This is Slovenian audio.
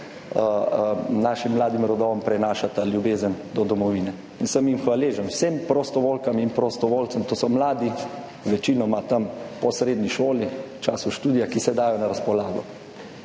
našim mladim rodovom prenašata ljubezen do domovine, in sem jim hvaležen, vsem prostovoljkam in prostovoljcem. To so mladi, večinoma tam po srednji šoli, v času študija, ki se dajo na razpolago.